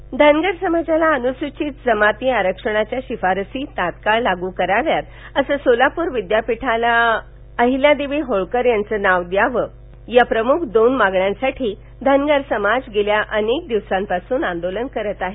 सोलापूर धनगर समाजाला अनुसूचित जमाती एसटी आरक्षणाच्या शिफारसी तात्काळ लागू कराव्यात तसंच सोलापूर विद्यापीठाला अहिल्यादेवी होळकर यांचं नाव द्याव या प्रमुख दोन मागण्यांसाठी धनगर समाज गेल्या अनेक दिवसांपासून आंदोलनं करत आहे